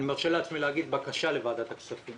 אני מרשה לעצמי להגיד: בקשה לוועדת הכספים